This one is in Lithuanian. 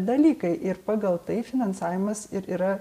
dalykai ir pagal tai finansavimas ir yra